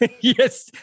Yes